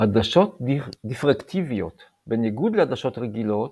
עדשות דיפרקטיביות בניגוד לעדשות רגילות,